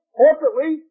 corporately